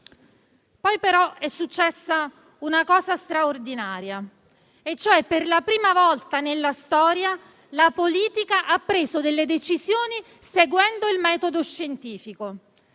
Poi però è successa una cosa straordinaria, e cioè per la prima volta nella storia la politica ha preso delle decisioni seguendo il metodo scientifico,